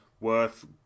worth